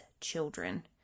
children